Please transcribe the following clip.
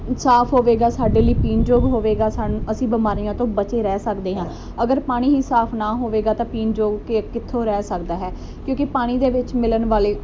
ਸਾਫ਼ ਹੋਵੇਗਾ ਸਾਡੇ ਲਈ ਪੀਣ ਯੋਗ ਹੋਵੇਗਾ ਸਾਨੂੰ ਅਸੀਂ ਬਿਮਾਰੀਆਂ ਤੋਂ ਬਚੇ ਰਹਿ ਸਕਦੇ ਹਾਂ ਅਗਰ ਪਾਣੀ ਹੀ ਸਾਫ਼ ਨਾ ਹੋਵੇਗਾ ਤਾਂ ਪੀਣ ਯੋਗ ਕੇ ਕਿੱਥੋਂ ਰਹਿ ਸਕਦਾ ਹੈ ਕਿਉਂਕਿ ਪਾਣੀ ਦੇ ਵਿੱਚ ਮਿਲਣ ਵਾਲੇ